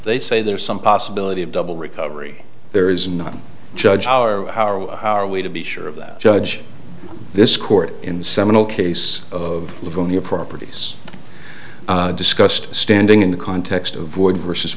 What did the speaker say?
they say there is some possibility of double recovery there is not a judge our our our way to be sure of that judge this court in the seminal case of livonia properties discussed standing in the context of wood versus